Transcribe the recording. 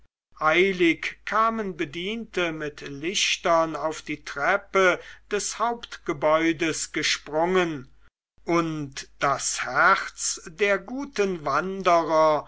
eilig kamen bediente mit lichtern auf die treppe des hauptgebäudes gesprungen und das herz der guten wanderer